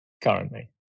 currently